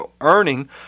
earning